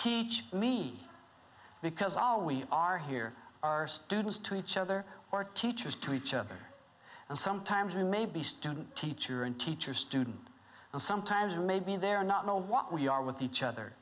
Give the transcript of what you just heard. teach me because all we are here are students to each other or teachers to each other and sometimes we may be student teacher and teacher student and sometimes we may be there or not know what we are with each other